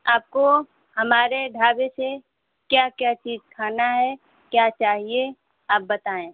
आपको हमारे ढाबे से क्या क्या चीज खाना है क्या चाहिए आप बताएँ